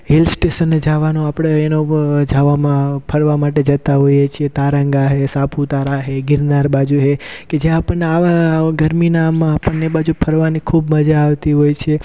hill સ્ટેશને જવાનું આપણે એના ઉપર જવામાં ફરવા માટે જતાં હોઈએ છીએ તારંગા છે સાપુતારા છે ગિરનાર બાજુ છે કે જે આપણને આવા ગરમીનામાં આપણને એ બાજુ ફરવાની ખૂબ મજા આવતી હોય છે